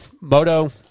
Moto